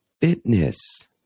fitness